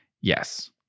Yes